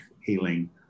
healing